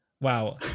Wow